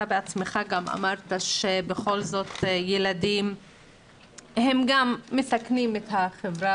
אתה בעצמך אמרת שבכל זאת ילדים הם גם מסכנים את החברה